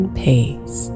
pace